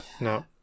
No